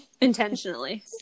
Intentionally